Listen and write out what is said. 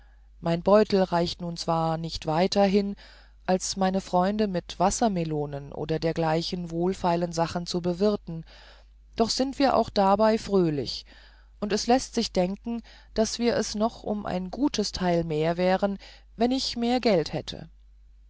mein beutel reicht nun zwar nicht weiter hin als meine freunde mit wassermelonen oder dergleichen wohlfeilen sachen zu bewirten doch sind wir auch dabei fröhlich und es läßt sich denken daß wir es noch um ein gutes teil mehr wären wenn ich mehr geld hätte